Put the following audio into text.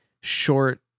short